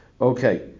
Okay